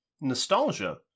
nostalgia